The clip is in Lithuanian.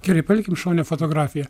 gerai palikim šone fotografiją